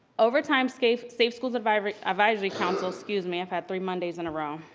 over time, safe safe schools advisory advisory council, excuse me, i've had three mondays in a row,